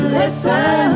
listen